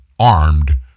armed